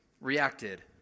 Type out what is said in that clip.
reacted